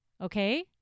okay